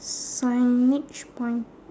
signage point